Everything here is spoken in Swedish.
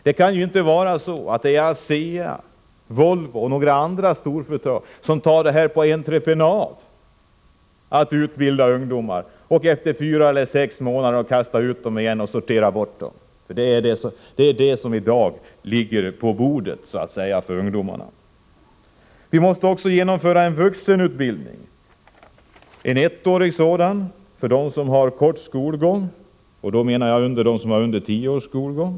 Det får inte vara så att enbart storföretag som ASEA och Volvo samt några andra tar på entreprenad att utbilda ungdomar, varpå dessa efter fyra eller sex månader kastas ut. Det är vad som i dag erbjuds ungdomarna. Vi måste också införa en ettårig utbildning för vuxna som har mindre än tio års skolgång.